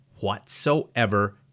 whatsoever